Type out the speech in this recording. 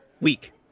weak